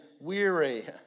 weary